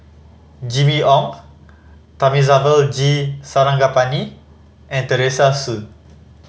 Jimmy Ong Thamizhavel G Sarangapani and Teresa Hsu